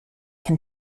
can